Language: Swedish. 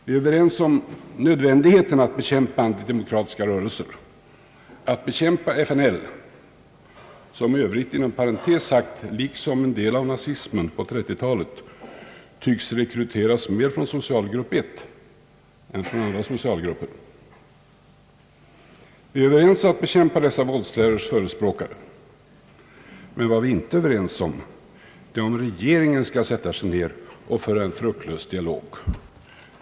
Vi är överens om nödvändigheten att bekämpa antidemokratiska rörelser, att bekämpa FNL-grupperna som i övrigt inom parentes sagt liksom en del av nazismen på 1930-talet tycks rekryteras mera från socialgrupp 1 än från andra socialgrupper. Vi är överens om att bekämpa dessa våldslärors förespråkare, men vad vi inte är överens om är om regeringen skall sätta sig ner och föra en fruktlös dialog.